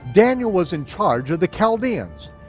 daniel was in charge of the chaldeans,